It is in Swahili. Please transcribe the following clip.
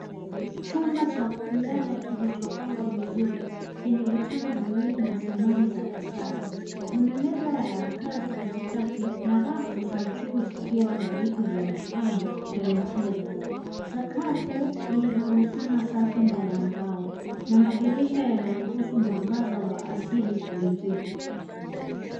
Chumba cha kulala kilichopangwa vizuri chenye vitanda viwili na thamani za kisasa. Kuna meza ya kazi katikati na rafu za juu zikiwa na vitu vya mapambo na michezo. Sakafu inaonekana safi na ya mbao na madirisha yanaruhusu mwangaza wa asili kuingia.